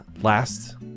last